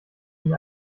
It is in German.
ihn